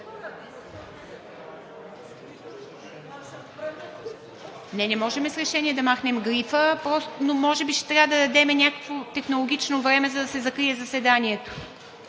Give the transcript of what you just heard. го… Не можем с решение да махнем грифа, но може би ще трябва да дадем някакво технологично време, за да се закрие заседанието.